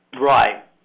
Right